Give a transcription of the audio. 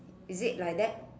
is it like that